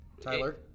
Tyler